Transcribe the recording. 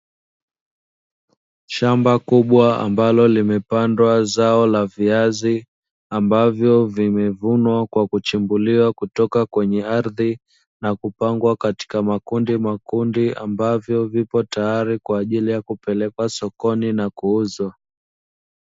Shamba kubwa ambalo limepandwa zao la viazi ambavyo vimevunwa kwa kuchimbuliwa kutoka kwenye ardhi, na kupangwa katika makundimakundi ambavyo vipo tayari kwa ajili ya kupelekwa sokoni na kuuzwa.